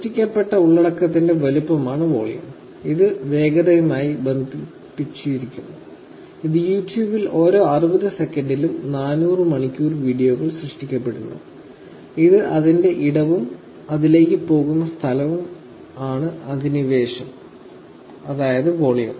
സൃഷ്ടിക്കപ്പെട്ട ഉള്ളടക്കത്തിന്റെ വലുപ്പമാണ് വോളിയം ഇത് വേഗതയുമായി ബന്ധിപ്പിച്ചിരിക്കുന്നു ഇത് യൂട്യൂബിൽ ഓരോ 60 സെക്കൻഡിലും 400 മണിക്കൂർ വീഡിയോകൾ സൃഷ്ടിക്കപ്പെടുന്നു ഇത് അതിന്റെ ഇടവും അതിലേക്ക് പോകുന്ന സ്ഥലവും ആണ് അധിനിവേശം അതായത് വോളിയം